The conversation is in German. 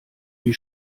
die